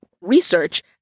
research